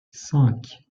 cinq